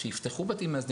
שיפתחו בתים מאזנים,